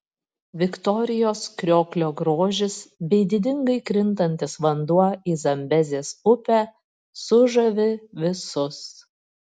viktorijos krioklio grožis bei didingai krintantis vanduo į zambezės upę sužavi visus